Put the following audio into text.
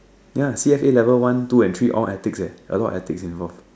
ya C_S_A level one two and three all ethics leh a lot of ethics involved